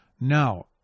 now